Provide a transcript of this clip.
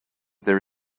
there